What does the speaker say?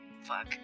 fuck